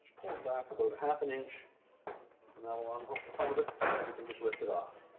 pull it back about a half an inch and i'll ah unhook the front of it and you can just lift it off.